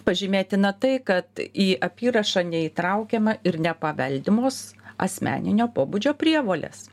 pažymėtina tai kad į apyrašą neįtraukiama ir nepaveldimos asmeninio pobūdžio prievolės